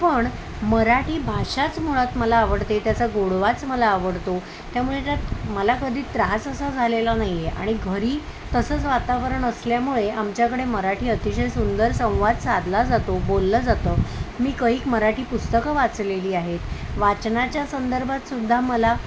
पण मराठी भाषाच मुळात मला आवडते त्याचा गोडवाच मला आवडतो त्यामुळे त्यात मला कधी त्रास असा झालेला नाहीये आणि घरी तसंच वातावरण असल्यामुळे आमच्याकडे मराठी अतिशय सुंदर संवाद साधला जातो बोललं जातं मी कैक मराठी पुस्तकं वाचलेली आहेत वाचनाच्या संदर्भात सुद्धा मला